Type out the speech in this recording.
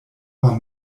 war